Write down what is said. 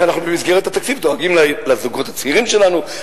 אנחנו במסגרת התקציב דואגים לזוגות הצעירים שלנו,